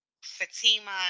Fatima